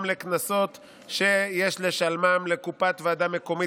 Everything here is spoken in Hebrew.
גם קנסות שיש לשלמם לקופת ועדה מקומית